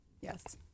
Yes